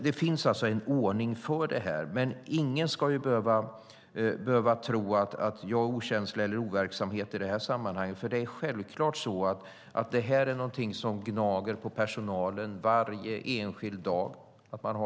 Det finns alltså en ordning för detta, men ingen ska tro att jag är okänslig eller overksam i det här sammanhanget. Att känna den här osäkerheten är självfallet något som gnager på personalen varje enskild dag.